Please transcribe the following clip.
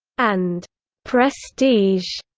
and prestige.